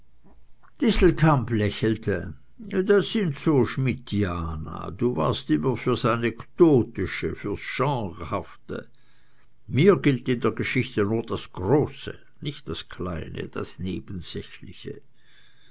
distelkamp lächelte das sind so schmidtiana du warst immer fürs anekdotische fürs genrehafte mir gilt in der geschichte nur das große nicht das kleine das nebensächliche